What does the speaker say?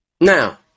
Now